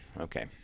Okay